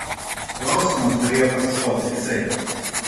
klausimas turėjo pasistoti kitaip